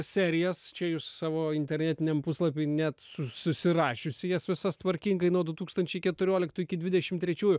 serijas čia jūs savo internetiniam puslapy net su susirašiusi jas visas tvarkingai nuo du tūkstančiai keturioliktų iki dvidešim trečiųjų